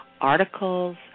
articles